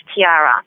Tiara